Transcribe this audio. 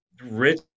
rich